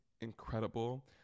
incredible